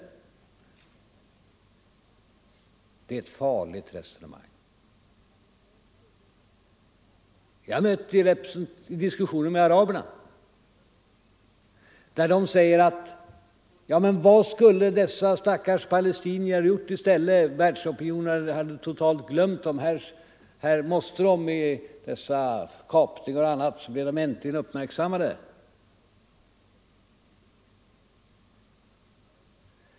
Det är ett farligt resonemang. Jag har mött det i diskussioner med araberna, där de säger: Men vad skulle dessa stackars palestinier ha gjort i stället? Världsopinionen hade totalt glömt dem. Här måste de med dessa kapningar och annat äntligen göra sig uppmärksammade.